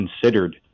considered